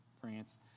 France